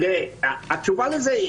התשובה לזה,